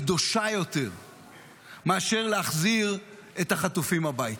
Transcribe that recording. קדושה יותר מאשר להחזיר את החטופים הביתה?